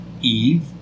Eve